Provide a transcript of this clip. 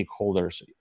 stakeholders